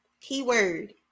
Keyword